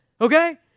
okay